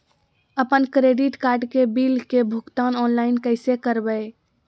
अपन credit card के bill के भुगतान ऑनलाइन कैसे करबैय?